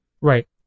right